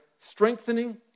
strengthening